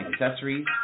accessories